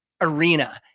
arena